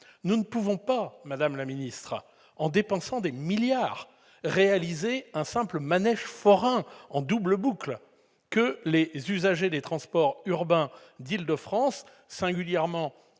Nous ne pouvons pas, madame la ministre, dépenser des milliards pour réaliser un manège forain en double boucle, que les usagers des transports urbains d'Île-de-France, singulièrement